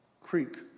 creek